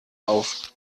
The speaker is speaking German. auf